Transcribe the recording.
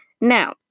Now